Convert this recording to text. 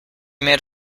made